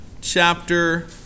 chapter